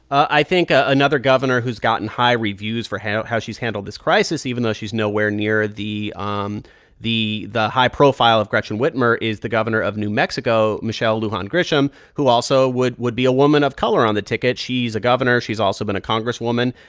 i think another governor who's gotten high reviews for how how she's handled this crisis, even though she's nowhere near the um the high profile of gretchen whitmer, is the governor of new mexico, michelle lujan grisham, who also would would be a woman of color on the ticket. she's a governor. she's also been a congresswoman.